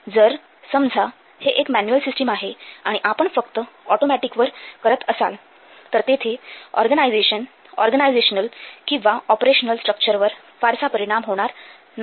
जर समजा हे एक मॅन्युअल सिस्टीम आहे आणि आपण फक्त ऑटोमॅटिकवर करत असाल तर तेथे ऑर्गनायझेशन ऑर्गनायझेशनल किंवा ऑपरेशनल स्ट्रक्चरवर फारसा परिणाम होणार नाही